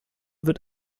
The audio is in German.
wird